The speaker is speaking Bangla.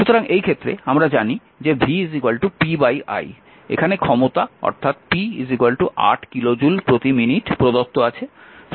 সুতরাং এই ক্ষেত্রে আমরা জানি যে v pi এখানে ক্ষমতা অর্থাৎ p 8 কিলো জুল প্রতি মিনিট প্রদত্ত আছে